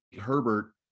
Herbert